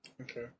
Okay